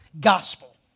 gospel